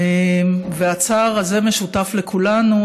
הצער הזה משותף לכולנו,